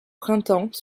printemps